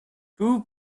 two